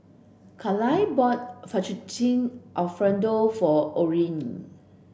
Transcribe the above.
Kaila bought Fettuccine Alfredo for Orrin